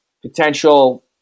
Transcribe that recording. potential